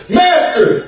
master